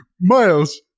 Miles